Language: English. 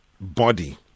body